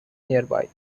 nearby